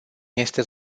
este